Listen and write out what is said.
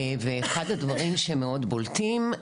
אחד הדברים שמאוד בולטים,